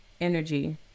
energy